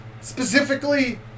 Specifically